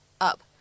up